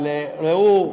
אבל ראו,